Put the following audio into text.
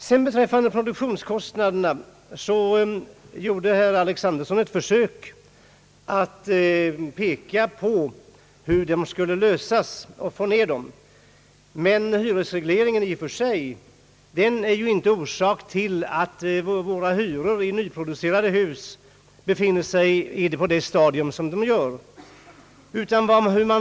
Herr Alexanderson gjorde också ett försök att anvisa en lösning av problemet att få ned de höga produktionskostnaderna. Men hyresregleringen är i och för sig inte orsak till att hyrorna i våra nyproducerade hus befinner sig på den nivå de gör.